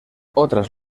otras